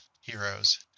heroes